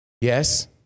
Yes